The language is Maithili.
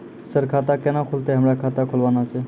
सर खाता केना खुलतै, हमरा खाता खोलवाना छै?